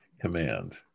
command